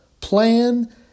Plan